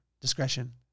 discretion